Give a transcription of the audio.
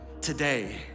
today